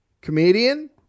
comedian